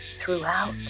throughout